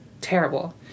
terrible